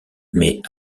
mais